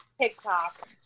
TikTok